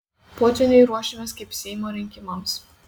potvyniui ruošiamės kaip seimo rinkimams